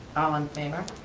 all in favor?